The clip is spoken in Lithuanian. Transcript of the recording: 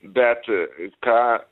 bet ką